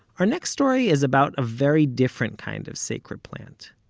our next story is about a very different kind of sacred plant.